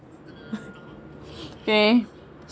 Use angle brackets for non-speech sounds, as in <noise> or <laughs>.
<laughs> okay